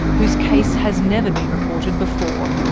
whose case has never been reported before.